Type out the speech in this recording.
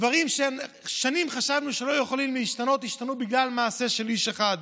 דברים ששנים חשבנו שלא יכולים להשתנות השתנו בגלל מעשה של איש אחד.